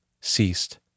ceased